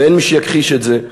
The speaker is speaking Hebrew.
ואין מי שיכחיש את זה,